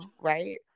right